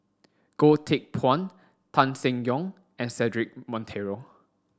Goh Teck Phuan Tan Seng Yong and Cedric Monteiro